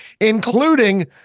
including